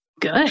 Good